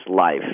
life